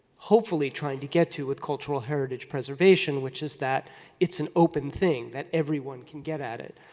hopefully trying to get to with cultural heritage preservation. which is that it's an open thing that everyone can get at it.